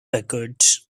record